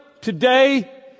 today